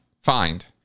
find